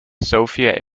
sofia